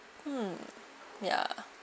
hmm ya